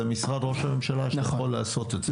זה משרד ראש הממשלה שאתה יכול לעשות את זה.